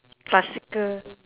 classical